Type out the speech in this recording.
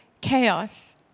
chaos